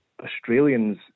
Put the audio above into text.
Australians